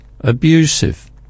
abusive